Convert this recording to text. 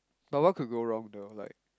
but what could go wrong though like